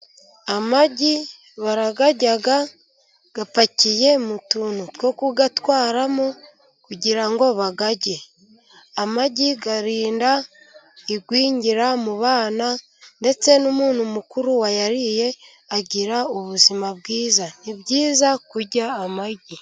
Amagi barayarya apakiye mu tuntu two kuyatwaramo, kugira ngo bayarye, amagi arinda igwingira mu bana, ndetse n'umuntu mukuru wayariye, agira ubuzima bwiza, ni byizayiza kurya amagi.